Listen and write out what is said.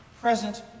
present